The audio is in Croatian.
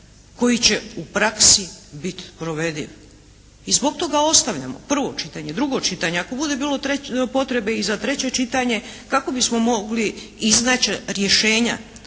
koji će u praksi biti provediv i zbog toga ostavljamo prvo čitanje, drugo čitanje. Ako bude bilo potrebe i za treće čitanje kako bismo mogli iznaći rješenja,